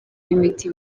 n’imiti